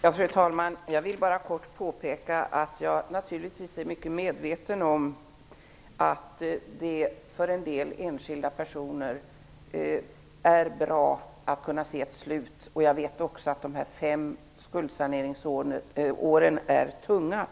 Fru talman! Jag vill bara påpeka att jag naturligtvis är mycket medveten om att det för en del enskilda personer är bra att kunna se ett slut på en besvärlig ekonomisk situation. Jag vet också att de fem skuldsaneringsåren är tunga